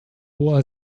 hoher